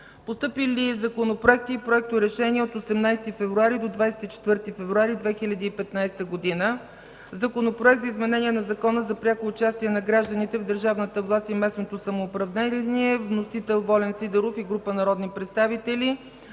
Постъпили законопроекти и проекторешения от 18 февруари 2015 г. до 24 февруари 2015 г. Законопроект за изменение на Закона за пряко участие на гражданите в държавната власт и местното самоуправление. Вносител – Волен Сидеров и група народни представители.